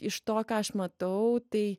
iš to ką aš matau tai